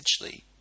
essentially